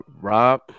Rob